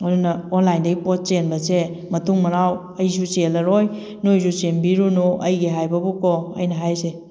ꯑꯗꯨꯅ ꯑꯣꯟꯂꯥꯏꯟꯗꯒꯤ ꯄꯣꯠ ꯆꯦꯟꯕꯁꯦ ꯃꯇꯨꯡ ꯃꯅꯥꯎ ꯑꯩꯁꯨ ꯆꯦꯜꯂꯔꯣꯏ ꯅꯣꯏꯁꯨ ꯆꯦꯟꯕꯤꯔꯨꯅꯨ ꯑꯩꯒꯤ ꯍꯥꯏꯕꯕꯨꯀꯣ ꯑꯩꯅ ꯍꯥꯏꯁꯦ